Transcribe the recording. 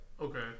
Okay